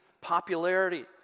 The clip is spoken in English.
popularity